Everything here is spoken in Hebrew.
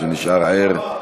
שנשאר ער.